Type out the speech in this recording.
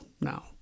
Now